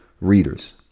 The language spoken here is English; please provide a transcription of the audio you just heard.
readers